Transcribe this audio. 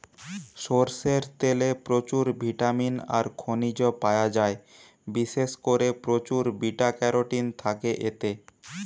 সরষের তেলে প্রচুর ভিটামিন আর খনিজ পায়া যায়, বিশেষ কোরে প্রচুর বিটা ক্যারোটিন থাকে এতে